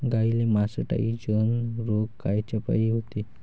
गाईले मासटायटय रोग कायच्यापाई होते?